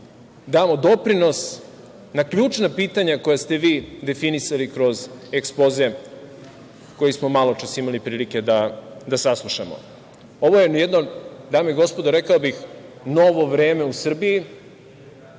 damo doprinos na ključna pitanja koja ste vi definisali kroz ekspoze, koji smo maločas imali prilike da saslušamo. Ovo je, dame i gospodo, jedno, rekao bih, novo vreme u Srbiji.